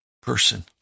Person